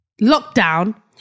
Lockdown